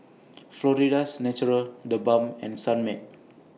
Florida's Natural The Balm and Sunmaid